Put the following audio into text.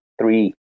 three